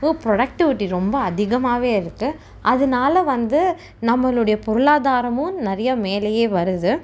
productivity ரொம்ப அதிகமாகவே இருக்கு அதனால வந்து நம்பளுடைய பொருளாதாரமும் நிறையா மேலையே வருது